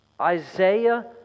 Isaiah